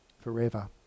forever